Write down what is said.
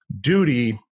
duty